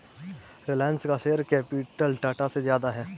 रिलायंस का share capital Tata से ज्यादा है